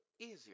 easier